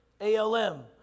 ALM